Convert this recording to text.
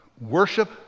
worship